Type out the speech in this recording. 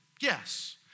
Yes